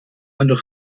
und